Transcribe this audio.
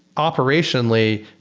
operationally,